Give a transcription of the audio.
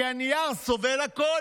כי הנייר סובל הכול.